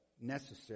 necessary